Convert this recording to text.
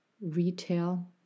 retail